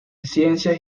ciencias